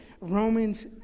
Romans